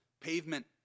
pavement